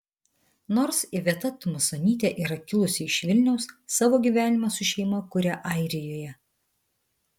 nors iveta tumasonytė yra kilusi iš vilniaus savo gyvenimą su šeima kuria airijoje